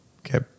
Okay